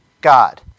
God